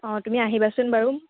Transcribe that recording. অ তুমি আহিবাচোন বাৰু